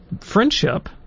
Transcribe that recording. Friendship